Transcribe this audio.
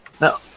No